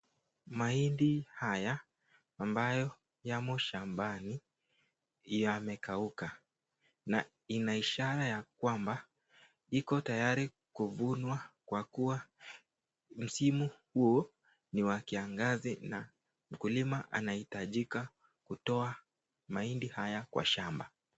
Mahindi haya ambayo yamo shambani yamekauka, na ina ishara ya kwamba iko tayari kuvunwa kwa kuwa msimu huu ni wa kiangazi na mkulima anahitajika kutoa mahindi haya kwa shamba.